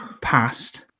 passed